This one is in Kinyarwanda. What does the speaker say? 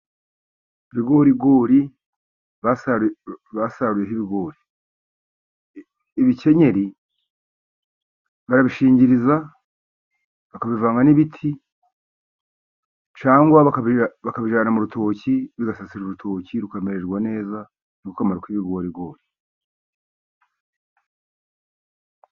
Ibigorigori basaruyeho ibigori, ibikenyeri barabishingiriza bakabivanga n'ibiti, cyangwa bakabijyana mu rutoki, bigasasira urutoki rukamererwa neza, ni ko kamaro k'ibigorigori.